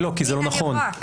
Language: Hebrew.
כי זה לא נכון.